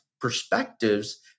perspectives